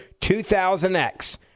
2000X